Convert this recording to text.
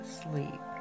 sleep